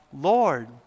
Lord